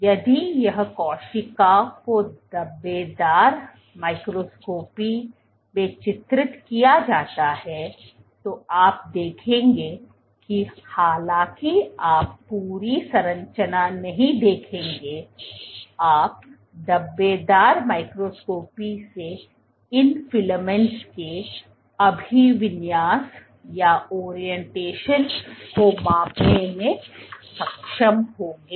यदि यह कोशिका को धब्बेदार माइक्रोस्कोपी में चित्रित किया जाता है तो आप देखेंगे कि हालांकि आप पूरी संरचना नहीं देखेंगे आप धब्बेदार माइक्रोस्कोपी से इन फिलामेंट्स के अभिविन्यास को मापने में सक्षम होंगे